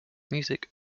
music